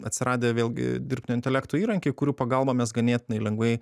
atsiradę vėlgi dirbtinio intelekto įrankiai kurių pagalba mes ganėtinai lengvai